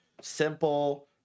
simple